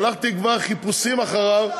שלחתי כבר חיפושים אחריו.